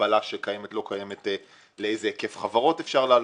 מגבלה שקיימת או לא קיימת לאיזה היקף חברות אפשר להלוות.